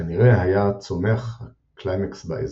שכנראה היה צומח הקלימקס באזור,